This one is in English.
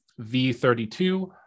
V32